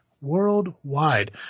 Worldwide